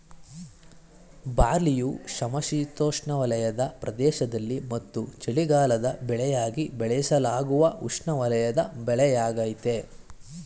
ಬಾರ್ಲಿಯು ಸಮಶೀತೋಷ್ಣವಲಯದ ಪ್ರದೇಶದಲ್ಲಿ ಮತ್ತು ಚಳಿಗಾಲದ ಬೆಳೆಯಾಗಿ ಬೆಳೆಸಲಾಗುವ ಉಷ್ಣವಲಯದ ಬೆಳೆಯಾಗಯ್ತೆ